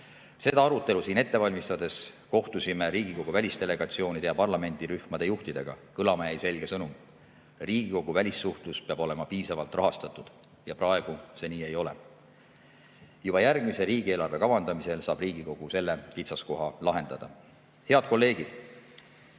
Seda arutelu siin ette valmistades kohtusime Riigikogu välisdelegatsioonide ja parlamendirühmade juhtidega. Kõlama jäi selge sõnum: Riigikogu välissuhtlus peab olema piisavalt rahastatud, aga praegu see nii ei ole. Juba järgmise riigieelarve kavandamisel saab Riigikogu selle kitsaskoha lahendada. Head kolleegid!